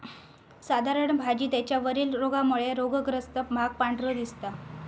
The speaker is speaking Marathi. साधारण भाजी त्याच्या वरील रोगामुळे रोगग्रस्त भाग पांढरो दिसता